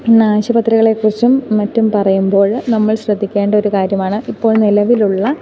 ഇന്നാശുപത്രികളെക്കുറിച്ചും മറ്റും പറയുമ്പോൾ നമ്മൾ ശ്രദ്ധിക്കേണ്ടൊരു കാര്യമാണ് ഇപ്പോൾ നിലവിലുള്ള